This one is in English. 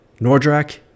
Nordrak